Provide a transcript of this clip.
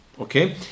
Okay